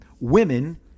women